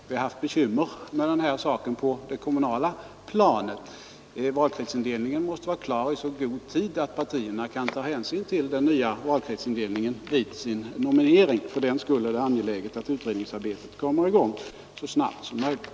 Vi har haft bekymmer med det på det kommunala planet. Valkretsindelningen måste vara klar i så god tid, att partierna kan ta hänsyn till den nya valkretsindelningen vid nomineringarna. Därför är det angeläget att utredningsarbetet kommer i gång så snabbt som möjligt.